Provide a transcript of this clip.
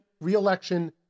re-election